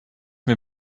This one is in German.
mir